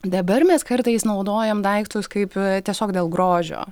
darbar mes kartais naudojam daiktus kaip tiesiog dėl grožio